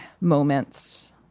moments